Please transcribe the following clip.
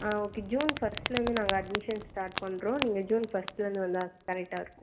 ஆ okay June ஃபஸ்ட்லேருந்து நாங்கள் admission start பண்ணுறோம் நீங்கள் ஜூன் ஃபஸ்ட்லேருந்து வந்தால் கரெக்டாக இருக்கும்